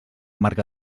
marca